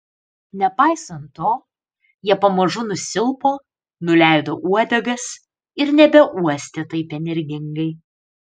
nepaisant to jie pamažu nusilpo nuleido uodegas ir nebeuostė taip energingai